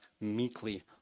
meekly